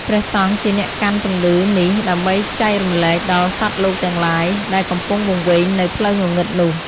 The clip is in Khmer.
ព្រះសង្ឃជាអ្នកកាន់ពន្លឺនេះដើម្បីចែករំលែកដល់សត្វលោកទាំងឡាយ ដែលកំពង់វង្វេងនៅផ្លូវងងឹតនោះ។